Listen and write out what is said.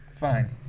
fine